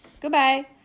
Goodbye